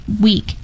week